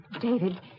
David